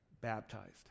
baptized